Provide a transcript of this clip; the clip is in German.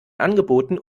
angeboten